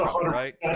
Right